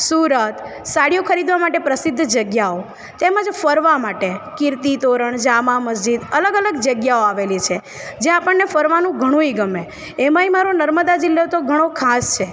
સૂરત સાડીઓ ખરીદવાં માટે પ્રસિધ્ધ જગ્યાઓ તેમજ ફરવાં માટે કીર્તિ તોરણ જામા મસ્જિદ અલગ અલગ જગ્યાઓ આવેલી છે જે આપણને ફરવાનું ઘણુંય ગમે એમાંય મારો નર્મદા જિલ્લો તો ઘણો ખાસ છે